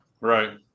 Right